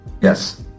yes